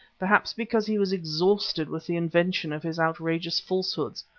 perhaps because he was exhausted with the invention of his outrageous falsehoods,